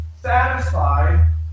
satisfied